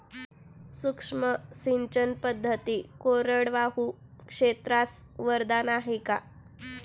सूक्ष्म सिंचन पद्धती कोरडवाहू क्षेत्रास वरदान आहे का?